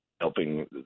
helping